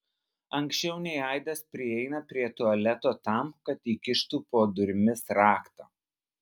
anksčiau nei aidas prieina prie tualeto tam kad įkištų po durimis raktą